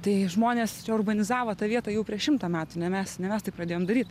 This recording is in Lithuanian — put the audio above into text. tai žmonės čia urbanizavo tą vietą jau prieš šimtą metų ne mes ne mes tai pradėjom daryt